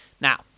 Now